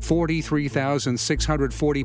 forty three thousand six hundred forty